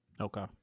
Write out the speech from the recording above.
Okay